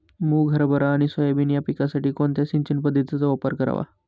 मुग, हरभरा आणि सोयाबीन या पिकासाठी कोणत्या सिंचन पद्धतीचा वापर करावा?